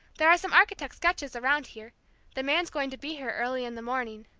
there are some architect's sketches around here the man's going to be here early in the morning.